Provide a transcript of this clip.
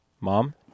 mom